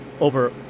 over